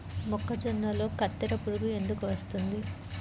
మొక్కజొన్నలో కత్తెర పురుగు ఎందుకు వస్తుంది?